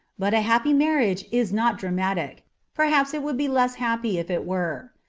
but a happy marriage is not dramatic perhaps it would be less happy if it were.